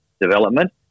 development